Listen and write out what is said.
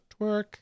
Twerk